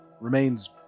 remains